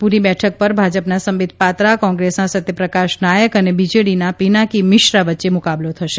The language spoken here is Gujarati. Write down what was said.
પૂરી બેઠક પર ભાજપના સંબિત પાત્રા કોંગ્રેસના સત્યપ્રકાશ નાયક અને બીજેડીના પીનાકી મિશ્રા વચ્ચે મૂકાબલો થશે